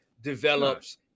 develops